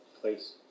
place